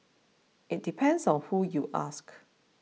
it depends on who you ask